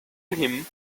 him